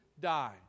die